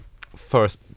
first